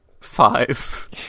five